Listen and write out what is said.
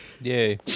Yay